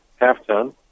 half-ton